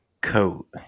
coat